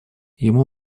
ему